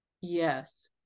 Yes